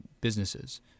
businesses